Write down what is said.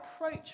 approach